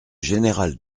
général